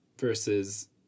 versus